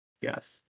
Yes